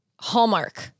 Hallmark